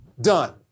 Done